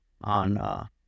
on